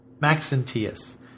Maxentius